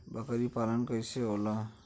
बकरी पालन कैसे होला?